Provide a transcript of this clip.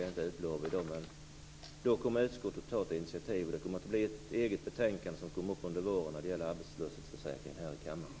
Utskottet kommer att ta ett initiativ och avge ett betänkande om arbetslöshetsförsäkringen som skall behandlas av kammaren under våren.